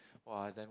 !wah! it's damn